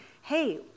hey